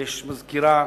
ויש מזכירה,